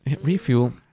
refuel